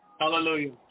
Hallelujah